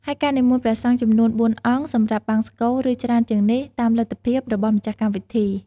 ហើយការនិមន្តព្រះសង្ឃចំនួន ៤ អង្គ សម្រាប់បង្សុកូល ឬច្រើនជាងនេះ តាមលទ្ធភាព របស់ម្ចាស់កម្មវិធី។